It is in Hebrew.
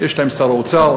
יש להם שר אוצר,